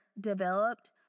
developed